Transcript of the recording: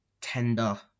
tender